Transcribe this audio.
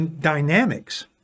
dynamics